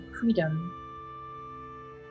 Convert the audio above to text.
freedom